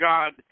God